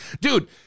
Dude